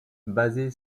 basée